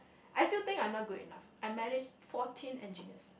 I still think I'm not good enough I manage fourteen engineers